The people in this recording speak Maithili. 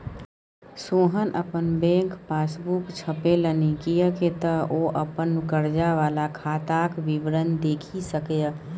सोहन अपन बैक पासबूक छपेलनि किएक तँ ओ अपन कर्जा वला खाताक विवरण देखि सकय